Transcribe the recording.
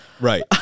right